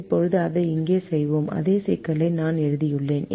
இப்போது அதை இங்கே செய்வோம் அதே சிக்கலை நான் எழுதியுள்ளேன்